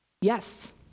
Yes